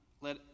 let